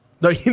No